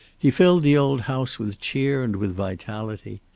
he filled the old house with cheer and with vitality.